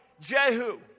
Jehu